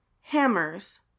hammers